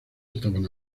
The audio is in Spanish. estaban